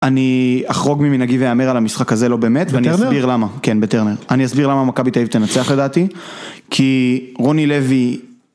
אני אחרוג ממנהגי ואהמר על המשחק הזה לא באמת ואני אסביר למה, בטרנר? כן בטרנר, אני אסביר למה מכבי תל אביב תנצח לדעתי, כי רוני לוי...